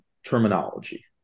terminology